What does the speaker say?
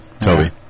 Toby